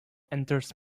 enters